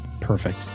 Perfect